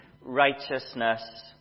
righteousness